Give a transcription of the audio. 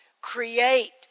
Create